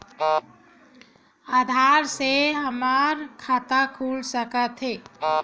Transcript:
आधार से हमर खाता खुल सकत हे?